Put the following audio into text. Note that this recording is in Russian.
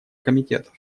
комитетов